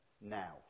now